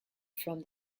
from